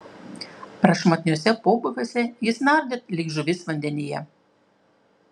prašmatniuose pobūviuose jis nardė lyg žuvis vandenyje